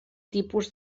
tipus